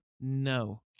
No